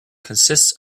consists